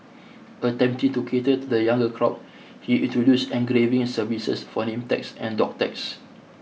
attempting to cater to the younger crowd he introduced engraving services for name tags and dog tags